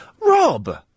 Rob